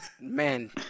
Man